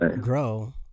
grow